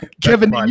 Kevin